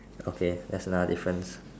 okay that's another difference